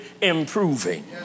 improving